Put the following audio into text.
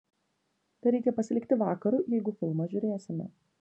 dar reikia pasilikti vakarui jeigu filmą žiūrėsime